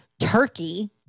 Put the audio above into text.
turkey